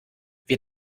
wir